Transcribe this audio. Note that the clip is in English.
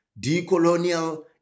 decolonial